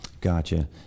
Gotcha